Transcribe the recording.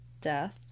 Death